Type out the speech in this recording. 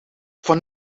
van